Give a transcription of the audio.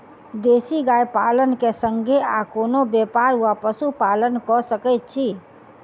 देसी गाय पालन केँ संगे आ कोनों व्यापार वा पशुपालन कऽ सकैत छी?